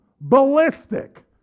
ballistic